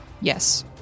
yes